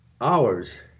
hours